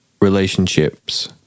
relationships